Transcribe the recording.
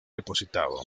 depositado